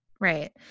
Right